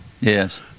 Yes